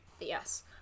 Yes